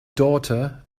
daughter